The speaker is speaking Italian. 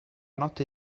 notte